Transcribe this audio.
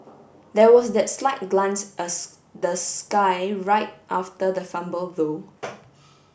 there was that slight glance the sky right after the fumble though